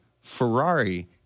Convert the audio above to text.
Ferrari